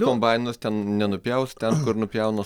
kombainas ten nenupjaus ten kur nupjauna